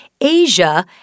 Asia